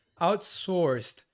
outsourced